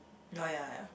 oh ya ya